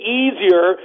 easier